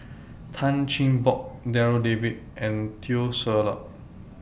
Tan Cheng Bock Darryl David and Teo Ser Luck